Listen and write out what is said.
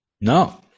No